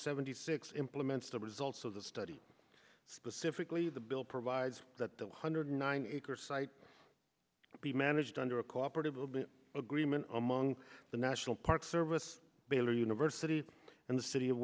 seventy six implements the results of the study specifically the bill provides that the one hundred nine acre site be managed under a cooperative agreement among the national park service baylor university and the city of